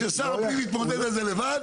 אני לא רואה מצב שעירייה מבטלת על היטל השבחה.